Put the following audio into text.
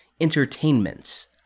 entertainments